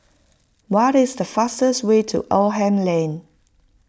what is the fastest way to Oldham Lane